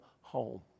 home